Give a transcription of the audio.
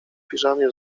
piżamie